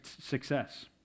success